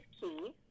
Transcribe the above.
key